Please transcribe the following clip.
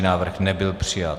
Návrh nebyl přijat.